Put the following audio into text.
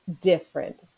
different